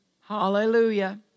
Hallelujah